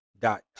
dot